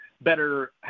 better